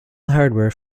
hardware